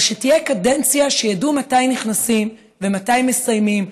אבל שתהיה קדנציה, שידעו מתי נכנסים ומתי מסיימים.